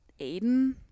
Aiden